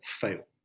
fail